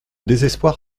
désespoir